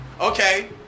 okay